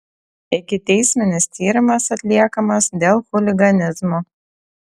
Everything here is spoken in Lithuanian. ikiteisminis tyrimas atliekamas dėl chuliganizmo